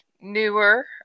newer